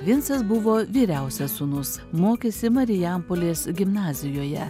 vincas buvo vyriausias sūnus mokėsi marijampolės gimnazijoje